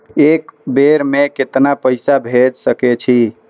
एक बेर में केतना पैसा भेज सके छी?